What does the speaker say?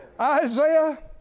Isaiah